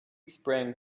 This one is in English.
sprang